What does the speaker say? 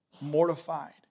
mortified